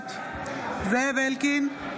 נוכחת זאב אלקין,